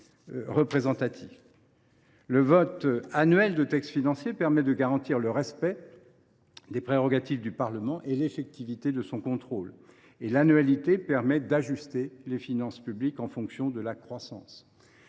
Le vote annuel des textes financiers garantit le respect des prérogatives du Parlement et l’effectivité de son contrôle. Et l’annualité permet d’ajuster les finances publiques à l’évolution de la croissance.